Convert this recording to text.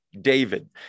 David